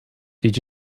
did